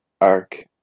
arc